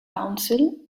council